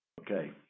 Okay